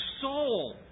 soul